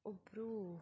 ಒಬ್ಬರು